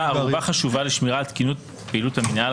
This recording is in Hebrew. ערובה חשובה לשמירה על תקינות פעילות המנהל,